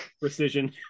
...precision